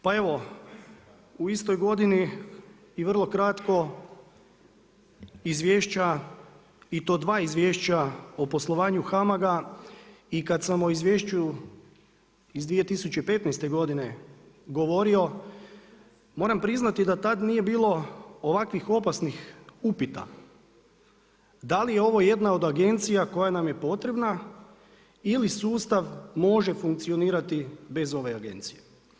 Pa evo u istoj godini vrlo kratko, izvješća i to dva izvješća o poslovanju HAMAG-a i kad sam o izvješću iz 2015. godine govorio, moram priznati da tad nije bilo ovakvih opasnih upita da li je ovo jedna od agencija koja nam je potrebna ili sustav može funkcionirati bez ove agencije.